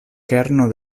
kerno